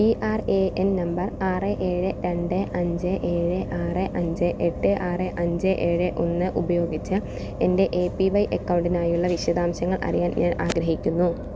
P R A N number ആറ് ഏഴ് രണ്ട് അഞ്ച് ഏഴ് ആറ് അഞ്ച് എട്ട് ആറ് അഞ്ച് ഏഴ് ഒന്ന് ഉപയോഗിച്ച് എന്റെ എ പി വൈ അക്കൗണ്ടിനായുള്ള വിശദാംശങ്ങൾ അറിയാൻ ഞാൻ ആഗ്രഹിക്കുന്നു